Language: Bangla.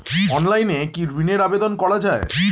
অনলাইনে কি ঋণের আবেদন করা যায়?